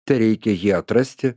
tereikia jį atrasti